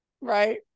Right